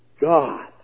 God